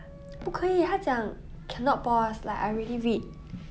不可以他讲 cannot pause like I already read